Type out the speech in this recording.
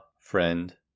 friend